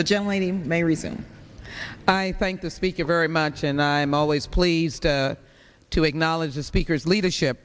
the generally the main reason i thank the speaker very much and i am always pleased to acknowledge the speaker's leadership